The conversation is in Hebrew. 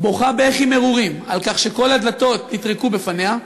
בוכה בכי תמרורים על כך שכל הדלתות נטרקו בפניה,